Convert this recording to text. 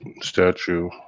statue